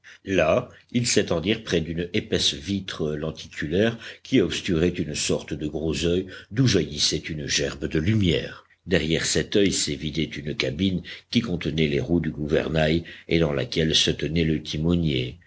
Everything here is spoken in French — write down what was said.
là ils s'étendirent près d'une épaisse vitre lenticulaire qui obturait une sorte de gros oeil d'où jaillissait une gerbe de lumière derrière cet oeil s'évidait une cabine qui contenait les roues du gouvernail et dans laquelle se tenait le timonier